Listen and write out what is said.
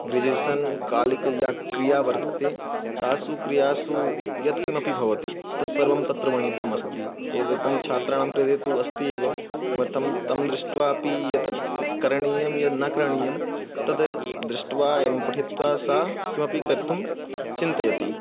ग्रिजिसन् कालिक् या क्रिया वर्तते तासु क्रियासु यत्किमपि भवति तत्सर्वं तत्र वर्णितम् अस्ति एतदर्थं छात्राणां कृते तु अस्ति एव किमर्थं तं दृष्ट्वापि यत् करणीयं यत् न करणीयं तद् दृष्ट्वा एवं पठित्वा सा किमपि कर्तुं चिन्तयति